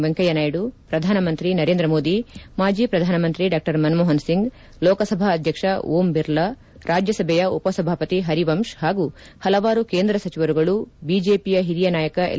ವೆಂಕಯ್ಯನಾಯ್ದು ಪ್ರಧಾನ ಮಂತ್ರಿ ನರೇಂದ್ರ ಮೋದಿ ಮಾಜಿ ಪ್ರಧಾನ ಮಂತ್ರಿ ಡಾ ಮನಮೋಹನ್ ಸಿಂಗ್ ಲೋಕಸಭಾ ಅಧ್ಯಕ್ಷ ಓಂ ಬಿರ್ಲಾ ರಾಜ್ಯಸಭೆಯ ಉಪ ಸಭಾಪತಿ ಹರಿವಂಶ್ ಹಾಗೂ ಹಲವಾರು ಕೇಂದ್ರ ಸಚಿವರುಗಳು ಬಿಜೆಪಿಯ ಹಿರಿಯ ನಾಯಕ ಎಲ್